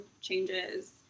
changes